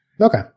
Okay